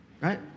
Right